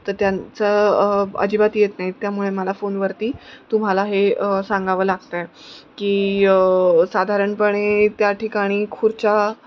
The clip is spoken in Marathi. तर त्यांचं अजिबात येत नाहीत त्यामुळे मला फोनवरती तुम्हाला हे सांगावं लागतं आहे की साधारणपणे त्या ठिकाणी खुर्च्या